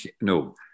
no